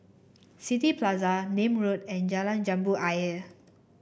City Plaza Nim Road and Jalan Jambu Ayer